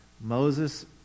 moses